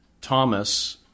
Thomas